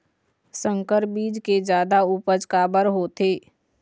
संकर बीज के जादा उपज काबर होथे?